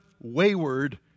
wayward